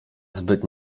zbyt